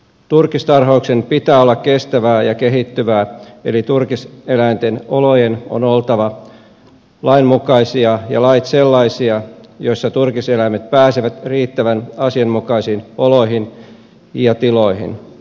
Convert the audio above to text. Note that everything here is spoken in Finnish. turkistarhauksen pitää olla kestävää ja kehittyvää eli turkiseläinten olojen on oltava lainmukaisia ja lakien sellaisia joissa turkiseläimet pääsevät riittävän asianmukaisiin oloihin ja tiloihin